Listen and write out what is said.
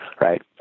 Right